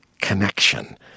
connection